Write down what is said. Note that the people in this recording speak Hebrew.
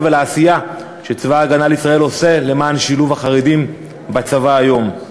ולעשייה שלו למען שילוב החרדים בצבא היום.